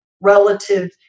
relative